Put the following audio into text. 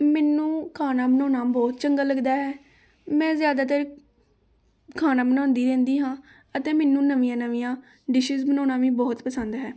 ਮੈਨੂੰ ਖਾਣਾ ਬਣਾਉਣਾ ਬਹੁਤ ਚੰਗਾ ਲਗਦਾ ਹੈ ਮੈਂ ਜ਼ਿਆਦਾਤਰ ਖਾਣਾ ਬਣਾਉਂਦੀ ਰਹਿੰਦੀ ਹਾਂ ਅਤੇ ਮੈਨੂੰ ਨਵੀਆਂ ਨਵੀਆਂ ਡਿਸ਼ਿਜ਼ ਬਣਾਉਣਾ ਵੀ ਬਹੁਤ ਪਸੰਦ ਹੈ